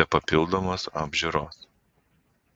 be papildomos apžiūros